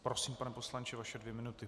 Prosím, pane poslanče, vaše dvě minuty.